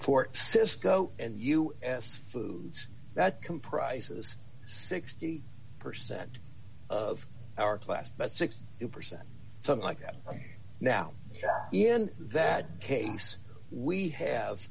for cisco and u s foods that comprises sixty percent of our class but six percent something like that now in that case we have